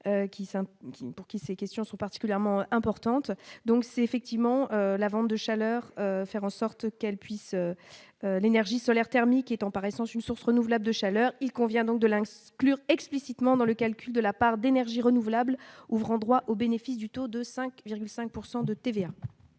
pour qui ces questions sont particulièrement importantes, donc c'est effectivement la vente de chaleur, faire en sorte qu'elle puisse l'énergie solaire thermique étant par essence une source renouvelable de chaleur, il convient donc de la pure explicitement dans le calcul de la part d'énergies renouvelables, ouvrant droit au bénéfice du taux de 5,5